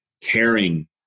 caring